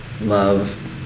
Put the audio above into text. love